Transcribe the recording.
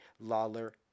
Lawler